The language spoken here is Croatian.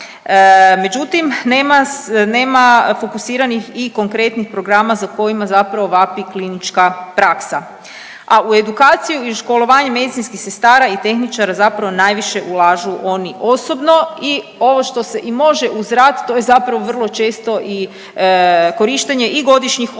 međutim, nema fokusiranih i konkretnih programa za kojima zapravo vapi klinička praksa, a u edukaciju i školovanje medicinskih sestara i tehničara zapravo najviše ulažu oni osobno i ovo što se i može uz rad, to je zapravo vrlo često i korištenje i godišnjih odmora